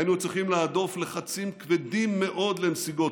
היינו צריכים להדוף לחצים כבדים מאוד לנסיגות,